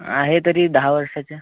आहे तरी दहा वर्षांचा